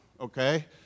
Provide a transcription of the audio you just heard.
okay